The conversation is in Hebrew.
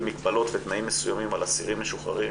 מגבלות בתנאים מסוימים על אסירים משוחררים